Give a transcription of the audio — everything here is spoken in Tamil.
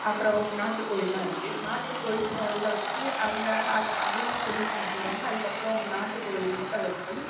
அப்புறம் நாட்டுக்கோழியெலாம் இருக்குது நாட்டுக்கோழி சேவலை வச்சு அந்த அதையும் செஞ்சு சாப்பிடுவாங்க அதுக்கப்புறம் நாட்டுக்கோழி முட்டை வைக்கும்